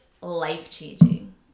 life-changing